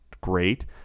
great